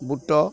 ବୁଟ